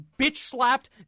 bitch-slapped